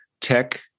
tech